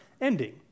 ending